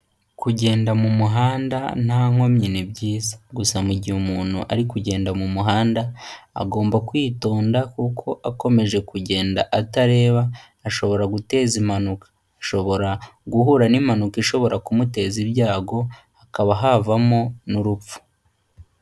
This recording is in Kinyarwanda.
Kugenda mu muhanda nta nkomyi ni byiza, gusa mu gihe umuntu ari kugenda mu muhanda agomba kwitonda, kuko akomeje kugenda atareba, ashobora guteza impanuka. Ashobora guhura n'impanuka ishobora kumuteza ibyago, hakaba havamo n'urupfu.